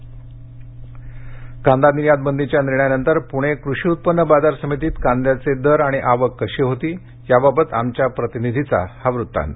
कांदा दर कांदा निर्यात बंदीच्या निर्णयानंतर पूणे कृषी उत्पन्न बाजार समितीत कांद्याचे दर आणि आवक कशी होती याबाबत आमच्या प्रतिनिधीचा हा वृत्तांत